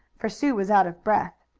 for sue was out of breath.